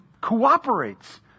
cooperates